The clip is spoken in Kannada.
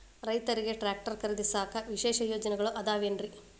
ರೈತರಿಗೆ ಟ್ರ್ಯಾಕ್ಟರ್ ಖರೇದಿಸಾಕ ವಿಶೇಷ ಯೋಜನೆಗಳು ಅದಾವೇನ್ರಿ?